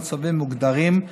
במצבים מוגדרים,